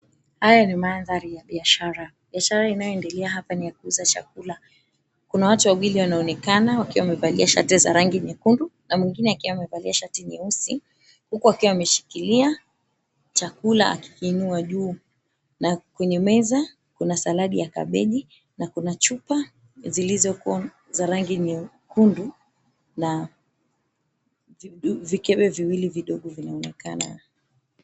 Haya ni mandhari ya biashara. Biashara inayoendelea hapa ni ya kuuza chakula. Kuna watu wawili wanaonekana wakiwa wamevalia shati za rangi nyekundu na mwingine akiwa amevalia shati nyeusi, huku akiwa ameshikilia chakula akiinua juu na kwenye meza kuna saladi ya kabeji na kuna chupa zilizokuwa za rangi nyekundu na vikebe viwili vidogo vinaonekana.